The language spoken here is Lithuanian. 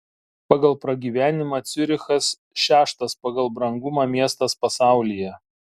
pagal pragyvenimą ciurichas šeštas pagal brangumą miestas pasaulyje